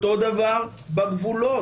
אותו דבר בגבולות.